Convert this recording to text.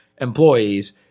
employees